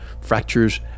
fractures